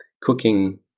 cooking